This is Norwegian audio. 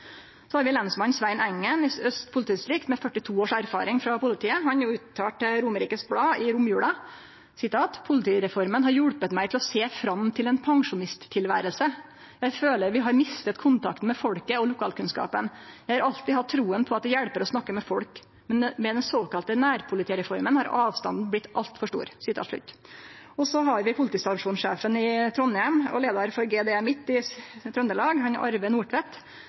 Lensmann Svein Engen i Øst politidistrikt med 42 års erfaring frå politiet uttalte til Romerikes blad i romjula: «Politireformen har hjulpet meg til å se fram til en pensjonisttilværelse. Jeg føler vi har mistet kontakten med folket og lokalkunnskapen. Jeg har alltid hatt troen på at det hjelper å snakke med folk. Med den såkalte nærpolitireformen har avstanden blitt altfor stor.» Politistasjonssjef i Trondheim og leiar for GDE Midt i Trøndelag, Arve Nordtvedt, uttalte til Politiforum i